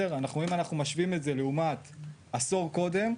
אנחנו רואים אם אנחנו משווים את זה לעומת עשור קודם,